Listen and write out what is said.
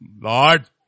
Lord